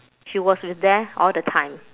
she was with there all the time